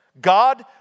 God